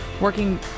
working